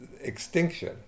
extinction